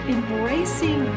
Embracing